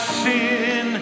sin